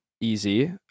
easy